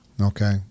Okay